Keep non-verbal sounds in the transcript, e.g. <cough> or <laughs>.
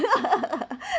<laughs>